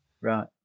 Right